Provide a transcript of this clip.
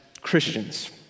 Christians